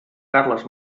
carles